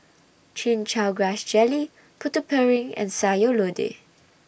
Chin Chow Grass Jelly Putu Piring and Sayur Lodeh